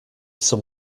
some